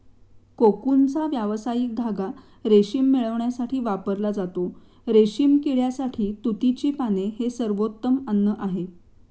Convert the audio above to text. कोकूनचा व्यावसायिक धागा रेशीम मिळविण्यासाठी वापरला जातो, रेशीम किड्यासाठी तुतीची पाने हे सर्वोत्तम अन्न आहे